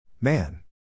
Man